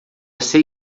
sei